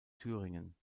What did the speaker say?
thüringen